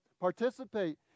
participate